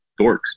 dorks